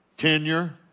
tenure